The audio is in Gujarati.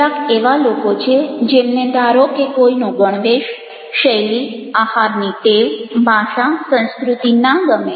કેટલાક એવા લોકો છે જેમને ધારો કે કોઈનો ગણવેશ શૈલી આહારની ટેવ ભાષા સંસ્કૃતિ ના ગમે